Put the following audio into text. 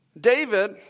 David